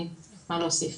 אם ארצה להוסיף.